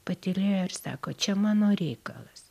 patylėjo ir sako čia mano reikalas